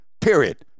period